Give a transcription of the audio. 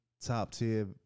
top-tier